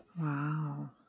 Wow